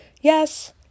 yes